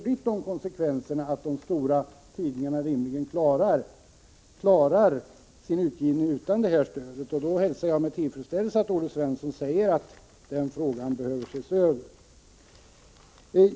Nu har konsekvensen blivit att de stora tidningarna rimligen klarar sin utgivning utan detta stöd. Jag hälsar därför med tillfredsställelse att Olle Svensson säger att frågan bör ses över.